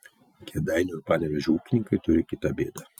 kėdainių ir panevėžio ūkininkai turi kitą bėdą